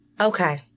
Okay